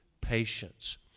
Patience